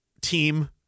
team